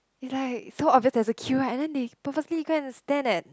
it's like so obvious there's a queue right and then they purposely go and stand at